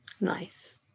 Nice